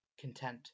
content